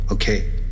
Okay